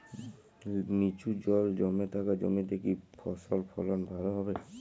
নিচু জল জমে থাকা জমিতে কি ফসল ফলন ভালো হবে?